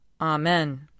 Amen